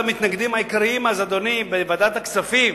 אחד המתנגדים העיקריים אז בוועדת הכספים,